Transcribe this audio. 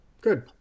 Good